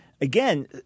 again